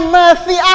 mercy